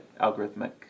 algorithmic